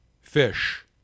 fish